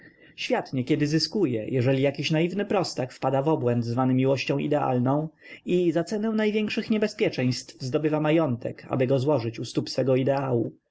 świat niekiedy zyskuje jeżeli jakiś naiwny prostak wpada w obłęd zwany miłością idealną i za cenę największych niebezpieczeństw zdobywa majątek aby go złożyć u stóp swego ideału